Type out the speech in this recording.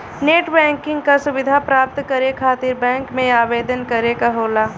net banking क सुविधा प्राप्त करे खातिर बैंक में आवेदन करे क होला